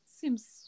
Seems